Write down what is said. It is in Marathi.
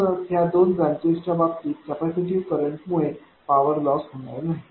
म्हणूनच ह्या दोन ब्रांचेस च्या बाबतीत कॅपेसिटीव्ह करंटमुळे पॉवर लॉस होणार नाही